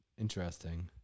interesting